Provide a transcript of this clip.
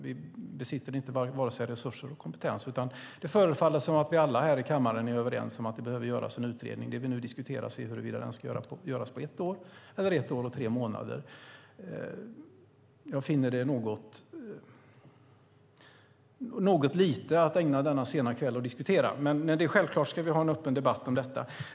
Vi besitter varken resurser eller kompetens. Det förefaller som att vi alla här i kammaren är överens om att det behöver göras en utredning. Det vi nu diskuterar är huruvida den ska göras på ett år eller på ett år och tre månader. Jag finner det som en något liten fråga att ägna denna sena timme åt att diskutera, men självklart ska vi ha en öppen debatt om detta.